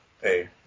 Hey